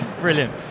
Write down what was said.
Brilliant